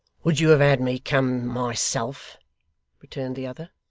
would you have had me come myself returned the other.